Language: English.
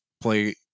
play